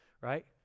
right